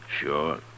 Sure